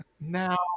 Now